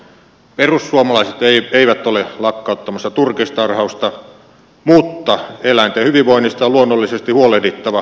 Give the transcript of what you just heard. perussuomalaiset eivät ole lakkauttamassa turkistarhausta mutta eläinten hyvinvoinnista on luonnollisesti huolehdittava